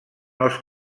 els